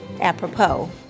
apropos